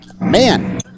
Man